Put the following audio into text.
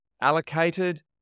allocated